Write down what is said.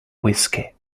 whisky